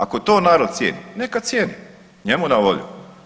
Ako to narod cijeni neka cijeni njemu na volju.